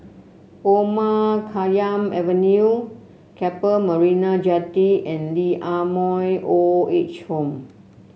Omar Khayyam Avenue Keppel Marina Jetty and Lee Ah Mooi Old Age Home